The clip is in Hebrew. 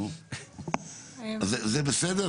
זה בסדר?